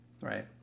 Right